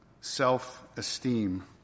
self-esteem